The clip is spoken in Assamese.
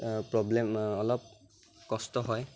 প্ৰব্লেম অলপ কষ্ট হয়